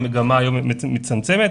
המגמה מצטמצמת,